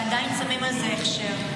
ועדיין שמים על זה הכשר.